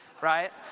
Right